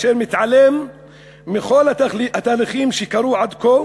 אשר מתעלם מכל התהליכים שקרו עד כה,